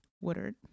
Woodard